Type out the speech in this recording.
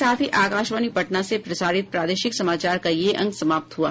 इसके साथ ही आकाशवाणी पटना से प्रसारित प्रादेशिक समाचार का ये अंक समाप्त हुआ